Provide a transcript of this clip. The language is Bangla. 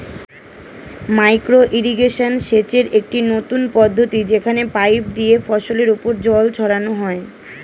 মাইক্রো ইরিগেশন সেচের একটি নতুন পদ্ধতি যেখানে পাইপ দিয়ে ফসলের উপর জল ছড়ানো হয়